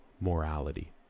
morality